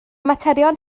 materion